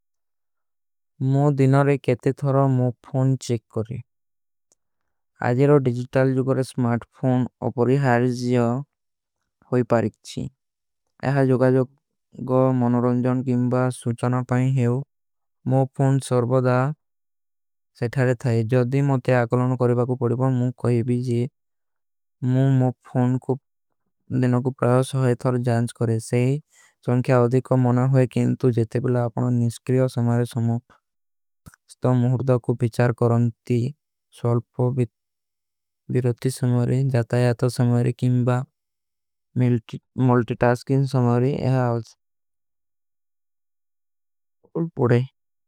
ମୌ ଦିନରେ କେତେ ଥରା ମୌ ଫୌନ ଚେକ କରେଂ ଆଜେରୋ ଡିଜିଜିତାଲ ଜୋକରେ। ସ୍ମାର୍ଟଫୌନ ଅପରୀ ହାରିଜିଯା ହୋଈ ପାରିକ୍ଷୀ ଏହା ଜୋଗା ଜୋଗା ମନରଂଜନ। କେଂବା ସୁଚନା ପାଇଁ ହେଵ ମୌ ଫୌନ ସର୍ଵଧା ସେ ଥାରେ ଥାଈ ଜଦୀ ମୌ ତେ ଆଖଲନ। କରେବା କୋ ପଡେବା ମୌ କହେ ଭୀ ଜେ ମୌ ମୌ ଫୌନ କୋ। ଦିନର କୋ ପ୍ରଯାସ ହୋଈ ଥାରେ ଜାନ୍ଜ କରେ ସେ ସଂକ୍ଯା ଅଧିକା ମନା ହୋଈ କେଂଟୁ। ଜେତେ ବିଲା ଆପନା ନିସ୍କ୍ରିଯା ସମାରେ ସମାରେ ସ୍ଥା ମୌହୁର୍ଦା କୋ ଫିଚାର। କରନତୀ ସୌଲ୍ପ ଫୋବିତ ଵିରୋତୀ ସମାରେ ଜାତା ଯାତା। ସମାରେ କେଂବା ମିଲ୍ଟି ମୌଲ୍ଟୀ ଟାସ୍କିନ ସମାରେ ଏହା ଆଜ ପଡେ।